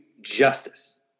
justice